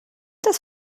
das